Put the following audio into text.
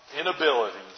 inabilities